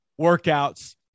workouts